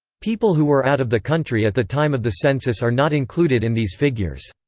people who were out of the country at the time of the census are not included in these figures.